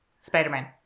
Spider-Man